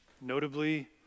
Notably